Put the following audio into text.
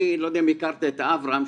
לא יודע אם הכרת את אברהם,